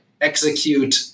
execute